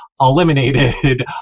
eliminated